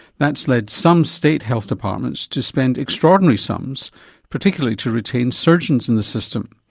that's led some state health departments to spend extraordinary sums particularly to retain surgeons in the system.